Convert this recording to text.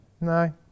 no